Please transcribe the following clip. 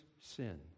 sin